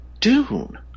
Dune